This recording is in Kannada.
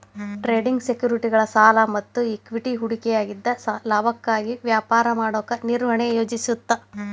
ಟ್ರೇಡಿಂಗ್ ಸೆಕ್ಯುರಿಟಿಗಳ ಸಾಲ ಮತ್ತ ಇಕ್ವಿಟಿ ಹೂಡಿಕೆಯಾಗಿದ್ದ ಲಾಭಕ್ಕಾಗಿ ವ್ಯಾಪಾರ ಮಾಡಕ ನಿರ್ವಹಣೆ ಯೋಜಿಸುತ್ತ